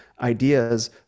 ideas